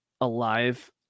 alive